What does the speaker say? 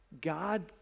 God